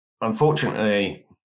unfortunately